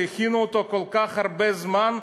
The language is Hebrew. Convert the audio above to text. שהכינו אותו כל כך הרבה זמן,